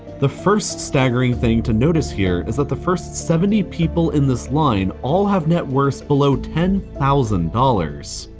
the first staggering thing to notice here is that the first seventy people in this line all have net worth below ten thousand dollars.